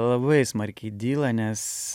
labai smarkiai dyla nes